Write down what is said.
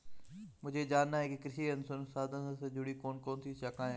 मुझे जानना है कि कृषि अनुसंधान से जुड़ी कौन कौन सी शाखाएं हैं?